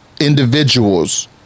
individuals